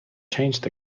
changed